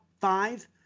five